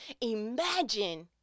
Imagine